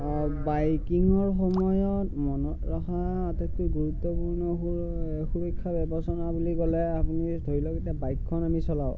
বাইকিংৰ সময়ত মনত ৰখা আটাইতকৈ গুৰুত্বপূৰ্ণ হ'ল সুৰক্ষা বিবেচনা বুলি ক'লে আপুনি ধৰি লওক এতিয়া বাইকখন আমি চলাওঁ